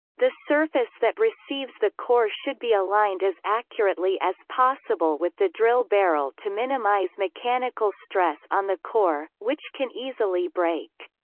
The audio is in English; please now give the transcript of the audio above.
the surface that receives the core should be aligned as accurately as possible with the drill barrel to minimise mechanical stress on the core, which can easily break.